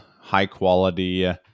high-quality